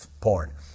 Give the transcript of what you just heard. porn